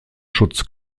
schutz